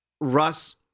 Russ